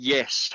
Yes